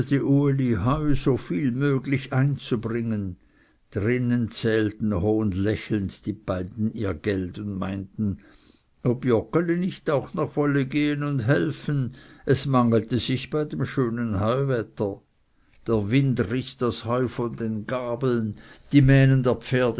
so viel möglich einzubringen drinnen zählten hohnlächelnd die beiden ihr geld und meinten ob joggeli nicht auch noch wolle gehen und helfen es mangelte sich bei dem schönen heuwetter der wind riß das heu von den gabeln die mähnen der pferde